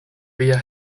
via